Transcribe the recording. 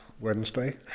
Wednesday